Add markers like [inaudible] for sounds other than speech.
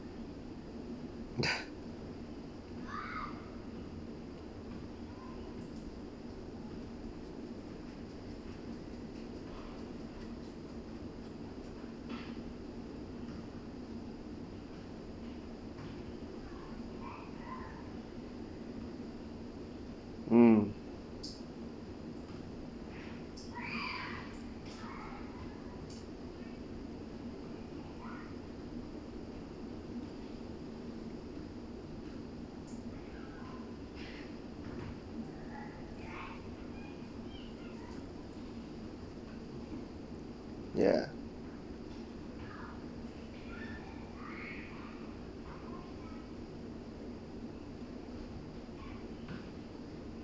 [noise] mm ya